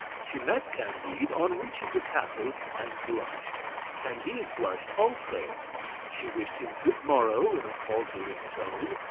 she met candide on reaching the castle and blushed candide blushed also she wished him good morrow in a faltering tone,